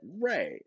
Right